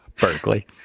Berkeley